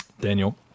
Daniel